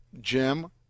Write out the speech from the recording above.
Jim